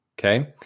Okay